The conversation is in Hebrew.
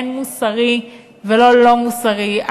אין מוסרי ולא מוסרי.